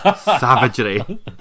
Savagery